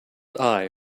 eye